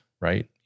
right